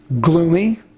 gloomy